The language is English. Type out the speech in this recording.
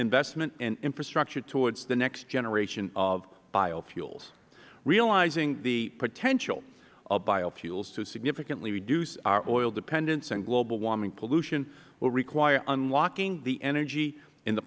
investment and infrastructure towards the next generation of biofuels realizing the potential of biofuels to significantly reduce our oil dependence and global warming pollution will require unlocking the energy in the